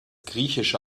griechische